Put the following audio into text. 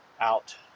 out